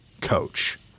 coach